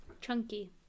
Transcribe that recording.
Chunky